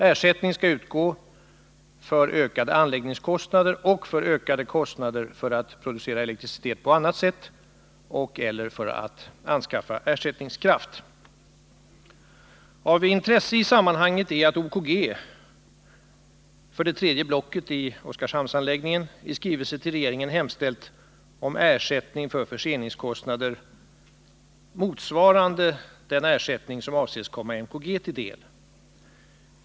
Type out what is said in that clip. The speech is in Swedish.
Ersättning skall utgå för ökade anläggningskostnader och för ökade kostnader för att producera elektricitet på annat sätt och/eller för att anskaffa ersättningskraft. Av intresse i sammanhanget är att OKG för det tredje blocket i Oskarshamnsanläggningen i skrivelse till regeringen hemställt om ersättning för förseningskostnader motsvarande den ersättning som avses komma MKG till del.